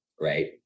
right